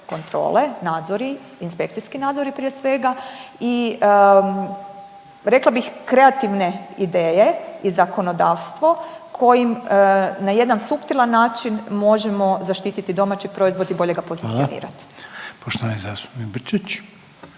kontrole, nadzori, inspekcijski nadzori prije svega i rekla bih, kreativne ideje i zakonodavstvo kojim na jedan suptilan način možemo zaštititi domaći proizvod i bolje ga pozicionirati. **Reiner,